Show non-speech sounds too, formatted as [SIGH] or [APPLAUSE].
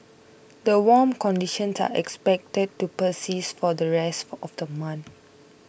the warm [UNINTELLIGIBLE] are expected to persist for the rest of the month